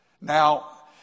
Now